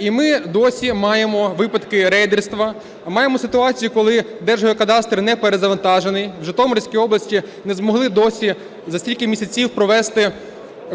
і ми досі маємо випадки рейдерства, маємо ситуацію, коли Держгеокадастр не перезавантажений. В Житомирській області не змогли досі за стільки місяців провести